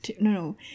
no